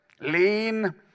lean